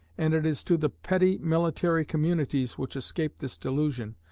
and it is to the petty military communities which escaped this delusion,